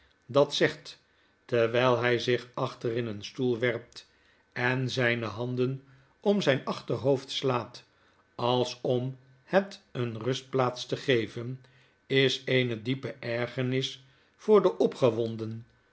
dat zegt terwyl hj zich achter in een stoel werpt en zyne handen om zyn achterhoofd slaat als om het een rustplaats te geven is eene diepe ergernis voor den opgewonden